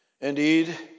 Indeed